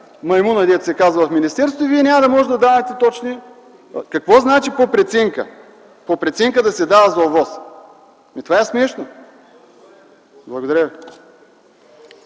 маймуна, дето се казва, в министерството и Вие няма да можете да давате точни отговори. Какво значи по преценка? По преценка да се дава за ОВОС? Това е смешно! Благодаря ви.